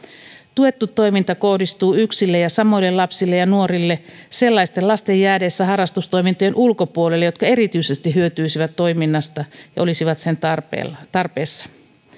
tuettu toiminta kohdistuu yksille ja samoille lapsille ja nuorille sellaisten lasten jäädessä harrastustoimintojen ulkopuolelle jotka erityisesti hyötyisivät toiminnasta ja olisivat sen tarpeessa tarpeessa